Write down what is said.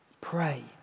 Pray